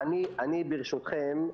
ברשותכם,